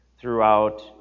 throughout